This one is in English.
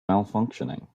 malfunctioning